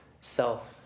self